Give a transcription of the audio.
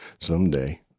someday